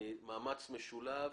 מאמץ משלב